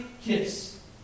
kiss